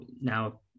now